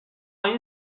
این